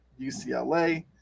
UCLA